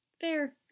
Fair